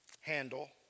handle